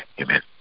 amen